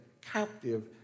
captive